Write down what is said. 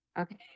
Okay